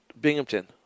Binghamton